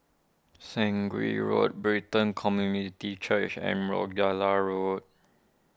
Sungei Road Brighton Community Church and Rochdale Road